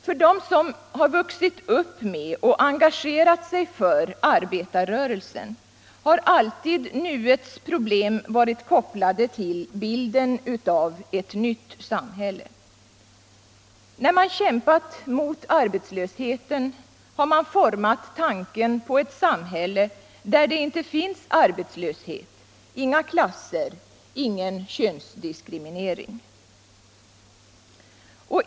För dem som har vuxit upp med och engagerat sig för arbetarrörelsen har alltid nuets probelm varit kopplade till bilden av ett nytt samhälle. När man kämpat mot arbetslösheten har man format tanken på ett samhälle där det inte finns arbetslöshet, inga klasser, ingen könsdiskriminering.